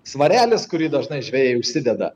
svarelis kurį dažnai žvejai užsideda